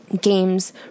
games